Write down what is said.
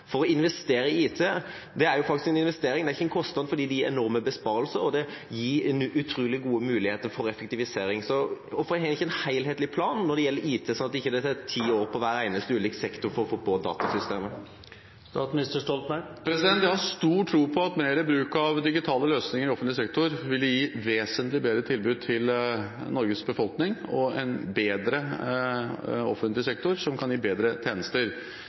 For det å investere i IT er faktisk en investering – det er ikke en kostnad. Det gir enorme besparelser, og det gir utrolig gode muligheter for effektivisering. Hvorfor har en ikke en helhetlig plan når det gjelder IT, sånn at det ikke tar ti år for hver eneste ulike sektor å få opp datasystemer? Jeg har stor tro på at mer bruk av digitale løsninger i offentlig sektor ville gi vesentlig bedre tilbud til Norges befolkning, og en bedre offentlig sektor som kan gi bedre tjenester.